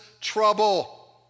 trouble